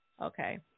Okay